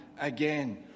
again